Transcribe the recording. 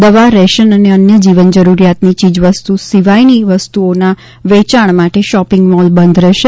દવા રેશન અને અન્ય જીવન જરૂરિયાતની ચીજ વસ્તુ સિવાયની વસ્તુઓના વેચાણ માટે શોપિંગ મોલ બંધ રહેશે